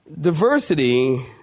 diversity